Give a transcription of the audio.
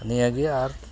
ᱱᱤᱭᱟᱹᱜᱮ ᱟᱨ